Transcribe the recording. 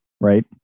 right